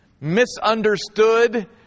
misunderstood